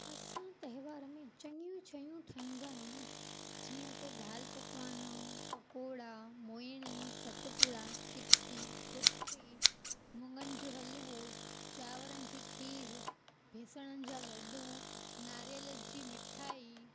असां तहिंवार में चङियूं शयूं ठाहींदा आहियूं जीअं त दाल पकवान पकौड़ा मोहिड़ी सतपुड़ा चिक्की कुटी मुङनि जो हलुवो चांवरनि जी खीरु बेसणनि जा लॾू नारियल जी मिठाई